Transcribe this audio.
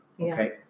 okay